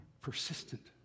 Persistent